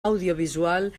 audiovisual